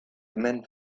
men